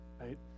right